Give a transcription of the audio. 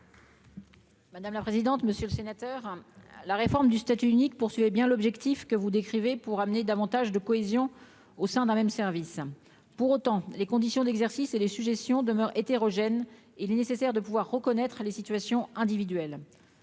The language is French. Madame la présidente, monsieur le sénateur, la réforme du statut unique poursuit hé bien l'objectif que vous décrivez, pour amener davantage de cohésion au sein d'un même service pour autant les conditions d'exercice et les suggestions demeure hétérogène est-il nécessaire de pouvoir reconnaître les situations individuelles,